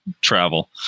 travel